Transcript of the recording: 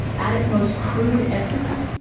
at its most crude essence,